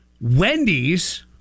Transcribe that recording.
Wendy's